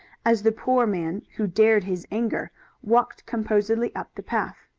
as the poor man who dared his anger walked composedly up the path.